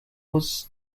was